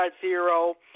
zero